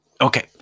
Okay